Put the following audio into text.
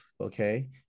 okay